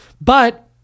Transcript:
But-